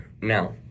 Now